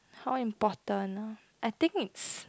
how important I think it's